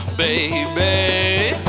baby